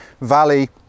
valley